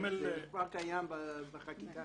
זה כבר קיים גם בחקיקה.